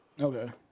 Okay